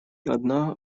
одна